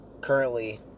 currently